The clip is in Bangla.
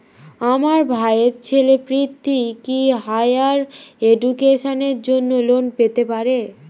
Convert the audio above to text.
আমার ভাইয়ের ছেলে পৃথ্বী, কি হাইয়ার এডুকেশনের জন্য লোন পেতে পারে?